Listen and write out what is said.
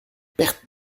perte